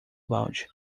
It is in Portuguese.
balde